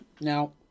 Now